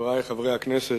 חברי חברי הכנסת,